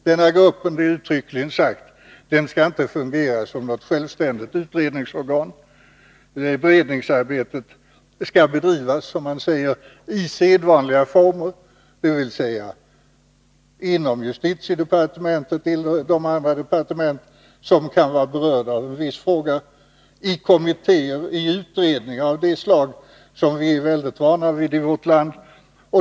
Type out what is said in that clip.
Denna grupp — det är uttryckligen sagt — skall inte fungera som något självständigt utredningsorgan. Beredningsarbetet skall bedrivas, som man säger, i sedvanliga former — dvs. inom justitiedepartementet och de andra departement som kan vara berörda av en viss fråga, i kommittéer och i utredningar av det slag som vi är vana vid i vårt land.